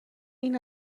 این